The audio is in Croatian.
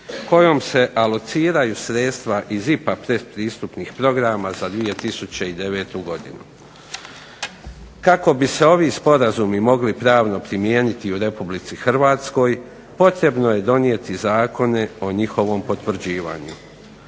kojom se alociraju sredstva iz pretpristupnih programa za 2009. godinu. Kako bi se ovi sporazumi mogli pravno primijeniti u Republici Hrvatskoj potrebno je donijeti Zakone o njihovom potvrđivanju.